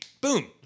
Boom